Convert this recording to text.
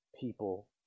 people